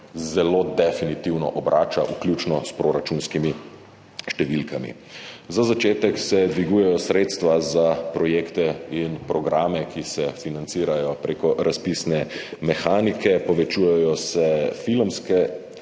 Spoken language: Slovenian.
zelo definitivno obrača, vključno s proračunskimi številkami. Za začetek se dvigujejo sredstva za projekte in programe, ki se financirajo prek razpisne mehanike, povečujejo se filmski transferji.